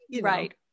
Right